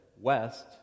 west